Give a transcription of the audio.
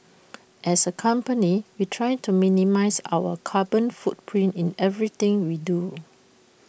as A company we try to minimise our carbon footprint in everything we do